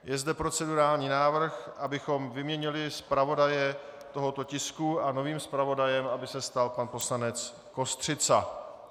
Je zde procedurální návrh, abychom vyměnili zpravodaje tohoto tisku a novým zpravodajem aby se stal pan poslanec Kostřica.